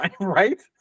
right